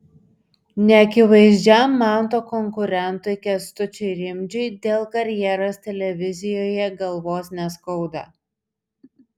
neakivaizdžiam manto konkurentui kęstučiui rimdžiui dėl karjeros televizijoje galvos neskauda